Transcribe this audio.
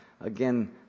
Again